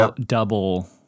double